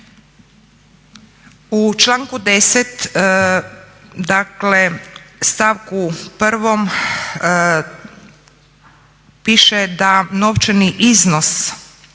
U članku 10. dakle stavku 1. piše da novčani iznos,